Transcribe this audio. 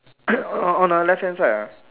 on on our left hand side ah